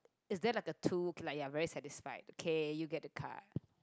is that like a two like you're very satisfied okay you get the card